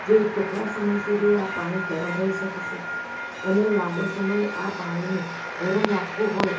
જે કેટલા સમય સુધી આ પાણી ગરમ રહી શકશે અને લાંબો સમય આ પાણીને ગરમ રાખવું હોય